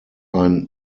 ein